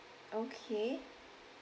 okay